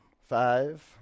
Five